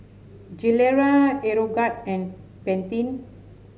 Gilera Aeroguard and Pantene